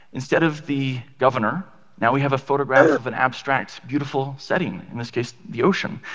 instead of the governor now we have a photograph of an abstract, beautiful setting, in this case, the ocean.